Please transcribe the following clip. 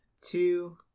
two